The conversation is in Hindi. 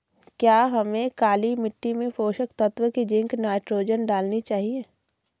क्या हमें काली मिट्टी में पोषक तत्व की जिंक नाइट्रोजन डालनी चाहिए?